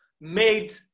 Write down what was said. made